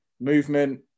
movement